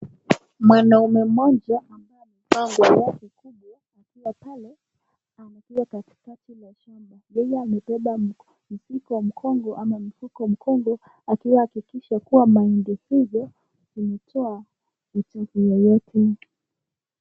Mwanaume mmoja ambaye amevaa nguo lake kubwa akiwa pale katikati ya shamba. Yeye amebeba mzigo mgongo ama mfuko kwa mgongo ili ahakikishe mahindi hizi imetoa.